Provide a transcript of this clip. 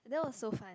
that was so fun